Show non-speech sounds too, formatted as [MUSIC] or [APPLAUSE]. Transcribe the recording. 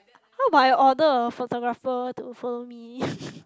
how about I order a photographer to follow me [LAUGHS]